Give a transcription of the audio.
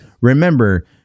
remember